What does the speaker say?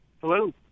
Hello